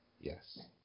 Yes